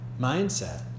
mindset